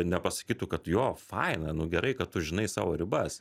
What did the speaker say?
nepasakytų kad jo faina nu gerai kad tu žinai savo ribas